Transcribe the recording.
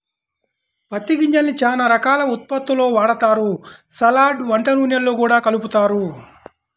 పత్తి గింజల్ని చానా రకాల ఉత్పత్తుల్లో వాడతారు, సలాడ్, వంట నూనెల్లో గూడా కలుపుతారు